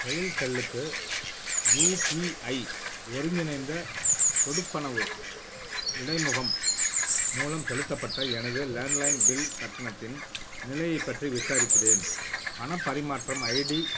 ரெயில்டெல்லுக்கு UPI ஒருங்கிணைந்த கொடுப்பனவு இடைமுகம் மூலம் செலுத்தப்பட்ட எனது லேண்ட்லைன் பில் கட்டணத்தின் நிலையைப் பற்றி விசாரிக்கின்றேன் பணப் பரிமாற்றம் ஐடி